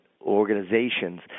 organizations